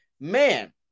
Man